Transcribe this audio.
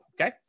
Okay